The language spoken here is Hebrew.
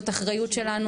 זאת אחריות שלנו,